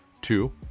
Two